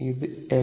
ഇത് L